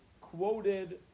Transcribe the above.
quoted